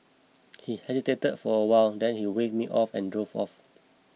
he hesitated for a while and then he waved me off and drove off